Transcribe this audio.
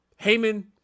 Heyman